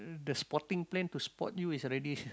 the spotting plane to spot you is already